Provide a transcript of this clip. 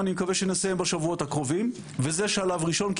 אני מקווה שנסיים בשבועות הקרובים וזה שלב ראשון,